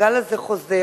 הגל הזה חוזר,